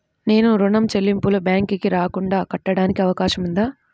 నేను ఋణం చెల్లింపులు బ్యాంకుకి రాకుండా కట్టడానికి అవకాశం ఉందా?